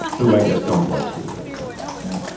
who i guess don't love sweet red soda right.